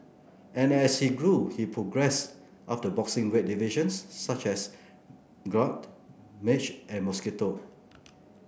and as he grew he progressed up the boxing weight divisions such as gnat midge and mosquito